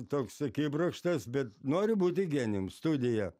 toks akibrokštas bet noriu būti genijum studija